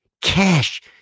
Cash